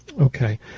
Okay